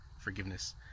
forgiveness